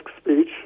speech